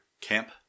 camp